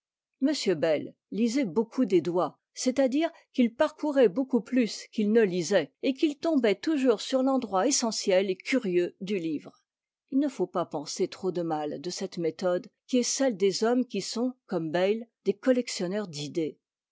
beyle lisait beaucoup des doigts c'est-à-dire qu'il parcourait beaucoup plus qu'il ne lisait et qu'il tombait toujours sur l'endroit essentiel et curieux du livre il ne faut pas penser trop de mal de cette méthode qui est celle des hommes qui sont comme beyle des collectionneurs d'idées